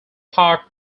pak